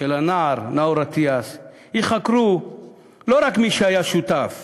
הנער נאור אטיאס ייחקרו לא רק מי שהיה שותף